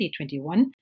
2021